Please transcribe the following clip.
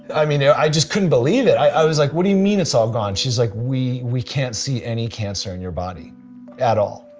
i mean yeah i just couldn't believe it. i was like what do you mean it's all gone? she's like, we we can't see any cancer in your body at all.